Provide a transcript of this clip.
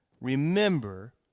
remember